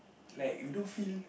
like you don't feel